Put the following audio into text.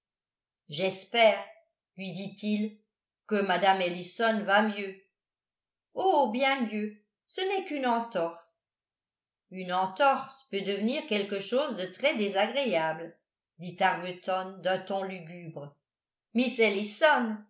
j'espère lui dit-il que mme ellison va mieux oh bien mieux ce n'est qu'une entorse une entorse peut devenir quelque chose de très désagréable dit arbuton d'un ton lugubre